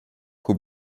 who